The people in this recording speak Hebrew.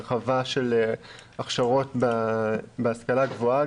הרחבה של הכשרות בהשכלה גבוהה,